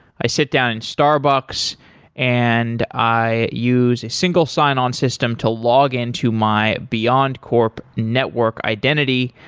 i sit down in starbucks and i use a single sign-on system to log into my beyondcorp network identity.